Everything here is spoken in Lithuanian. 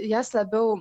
jas labiau